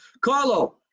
Carlo